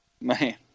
Man